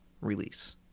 release